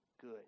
good